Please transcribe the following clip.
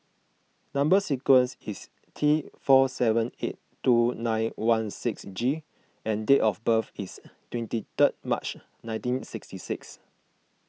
Number Sequence is T four seven eight two nine one six G and date of birth is twenty three March nineteen sixty six